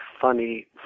funny